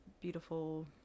beautiful